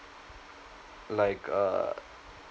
like uh